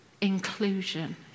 inclusion